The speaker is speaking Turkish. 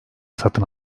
satın